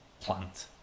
plant